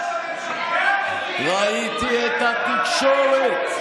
ראיתי את התקשורת,